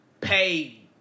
pay